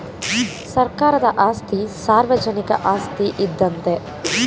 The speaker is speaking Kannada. ಸರ್ಕಾರದ ಆಸ್ತಿ ಸಾರ್ವಜನಿಕ ಆಸ್ತಿ ಇದ್ದಂತೆ